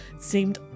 seemed